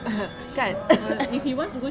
kan